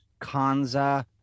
Kanza